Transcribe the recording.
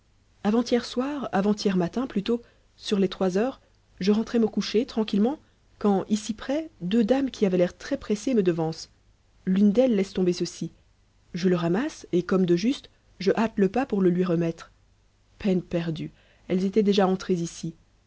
avant-hier soir avant-hier matin plutôt sur les trois heures je rentrais me coucher tranquillement quand ici près deux dames qui avaient l'air très pressées me devancent l'une d'elles laisse tomber ceci je le ramasse et comme de juste je hâte le pas pour le lui remettre peine perdue elles étaient déjà entrées ici